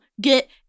get